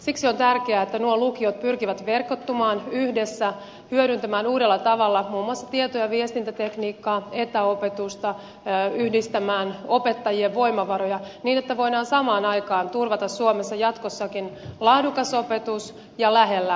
siksi on tärkeää että nuo lukiot pyrkivät verkottumaan yhdessä hyödyntämään uudella tavalla muun muassa tieto ja viestintätekniikkaa etäopetusta yhdistämään opettajien voimavaroja niin että voidaan samaan aikaan turvata suomessa jatkossakin laadukas opetus ja lähellä oppilaita